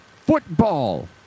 football